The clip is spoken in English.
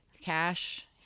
cash